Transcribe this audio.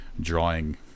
drawing